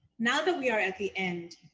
now that we are at the end,